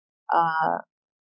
uh